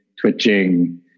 twitching